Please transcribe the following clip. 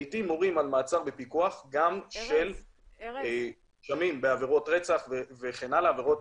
לעיתים מורים על מעצר בפיקוח גם של נאשמים בעבירות רצח וכן הלאה,